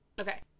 Okay